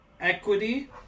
equity